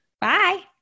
Bye